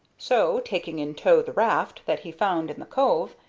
so, taking in tow the raft that he found in the cove,